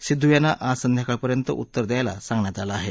सिद्धू यांना आज संध्याकाळपर्यंत उत्तर द्यायला सांगण्यात आलं आहे